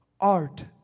art